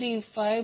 5VAR